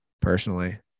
personally